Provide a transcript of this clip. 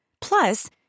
Plus